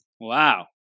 Wow